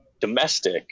domestic